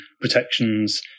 protections